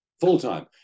Full-time